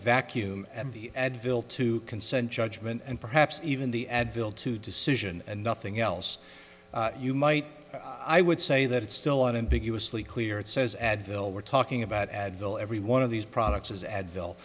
vacuum and the advil to consent judgment and perhaps even the advil to decision and nothing else you might i would say that it's still on in big asli clear it says advil we're talking about advil every one of these products is advil